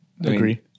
agree